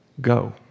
Go